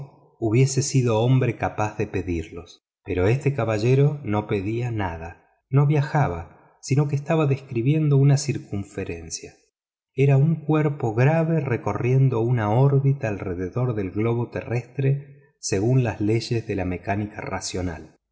hubiese sido hombre capaz de pedirlos pero este caballero no pedía nada no viajaba sino que estaba escribendo una circunferencia era un cuerpo grave recorriendo una órbita alrededor del globo terrestre según las leyes de la mecánica racional